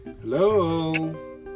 Hello